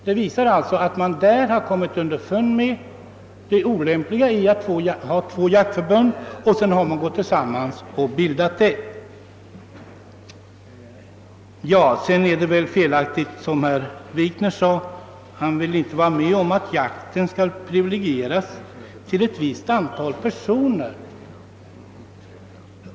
Detta visar att man i Norge har kommit underfund med det olämpliga i att ha två jaktförbund. Herr Wikner vill inte vara med om att jakten privilegieras och förbehålles ett visst antal personer.